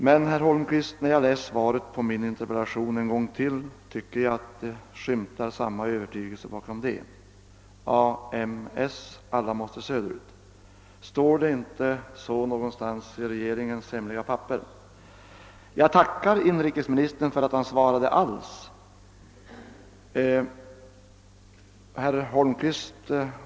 Men, herr Holmqvist, när jag läste svaret på min interpellation en gång till, tyckte jag nog att det skymtar något av samma övertygelse bakom svaret. AMS — Alla Måste Söderut: står det inte så någonstans i regeringens hemliga papper? Jag tackar inrikesministern för att han över huvud taget svarat.